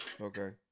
okay